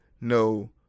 no